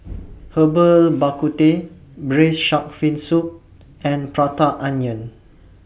Herbal Bak Ku Teh Braised Shark Fin Soup and Prata Onion